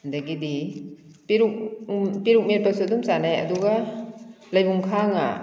ꯑꯗꯒꯤꯗꯤ ꯄꯦꯔꯨꯛ ꯄꯦꯔꯨꯛ ꯃꯦꯠꯄꯁꯨ ꯑꯗꯨꯝ ꯆꯥꯅꯩ ꯑꯗꯨꯒ ꯂꯩꯕꯨꯡ ꯈꯥꯡꯉꯥ